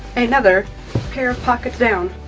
another pair of pockets down.